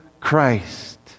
Christ